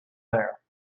there